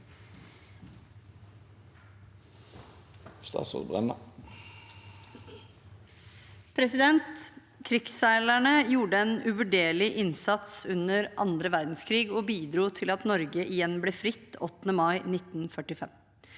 Krigsseilerne gjorde en uvurderlig innsats under annen verdenskrig og bidro til at Norge igjen ble fritt 8. mai 1945.